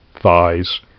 thighs